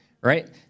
right